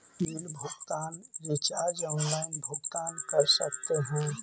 Bill भुगतान या recharge online भुगतान कर सकते हैं?